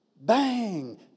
Bang